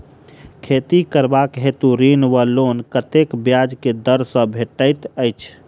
खेती करबाक हेतु ऋण वा लोन कतेक ब्याज केँ दर सँ भेटैत अछि?